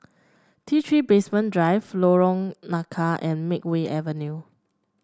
T Three Basement Drive Lorong Nangka and Makeway Avenue